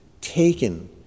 taken